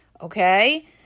Okay